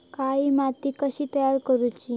काळी माती कशी तयार करूची?